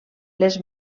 les